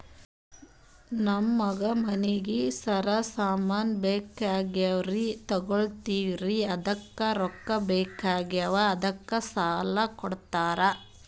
ನಮಗ ಮನಿಗಿ ಜರ ಸಾಮಾನ ಬೇಕಾಗ್ಯಾವ್ರೀ ತೊಗೊಲತ್ತೀವ್ರಿ ಅದಕ್ಕ ರೊಕ್ಕ ಬೆಕಾಗ್ಯಾವ ಅದಕ್ಕ ಸಾಲ ಕೊಡ್ತಾರ?